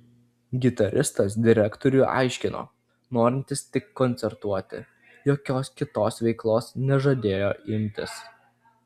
gitaristas direktoriui aiškino norintis tik koncertuoti jokios kitos veiklos nežadėjo imtis